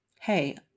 hey